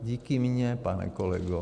Díky mně, pane kolego.